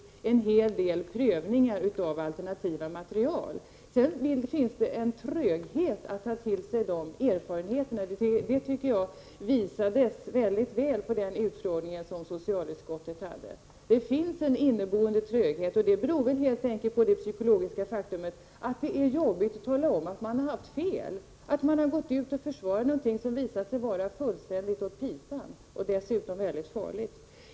Men det finns en tröghet när det gäller att ta till sig de erfarenheterna. Det tycker jag framgick mycket bra på den utfrågning som socialutskottet hade. Det finns en inneboende tröghet, och den beror väl helt enkelt på det psykologiska faktum att det är jobbigt att tala om att man har haft fel, att man har försvarat någonting som visat sig vara fullständigt åt pipan och dessutom väldigt farligt.